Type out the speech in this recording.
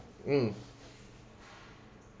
mm